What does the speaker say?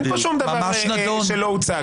אין פה שום דבר שלא הוצג.